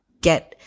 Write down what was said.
get